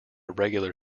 regular